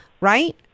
Right